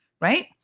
right